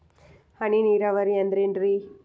ಹನಿ ನೇರಾವರಿ ಅಂದ್ರೇನ್ರೇ?